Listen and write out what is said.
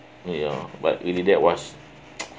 ya but really that was